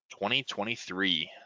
2023